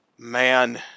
Man